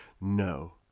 no